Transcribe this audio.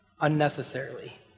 unnecessarily